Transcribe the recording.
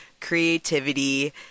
creativity